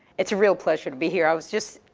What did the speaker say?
it's a real pleasure to be here. i was just,